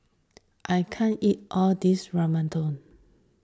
I can't eat all this Ramyeon